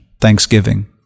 thanksgiving